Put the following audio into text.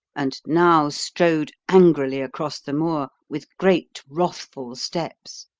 and now strode angrily across the moor, with great wrathful steps,